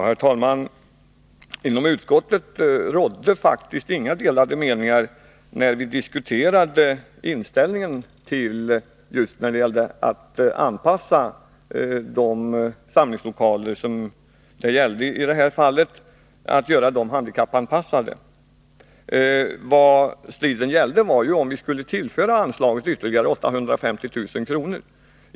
Herr talman! Inom utskottet rådde faktiskt inga delade meningar när vi diskuterade inställningen till att dessa samlingslokaler skulle göras handikappanpassade. Vad striden gällde var ju om vi skulle tillföra anslaget ytterligare 850 000 kr.